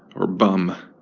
or bum.